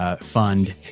Fund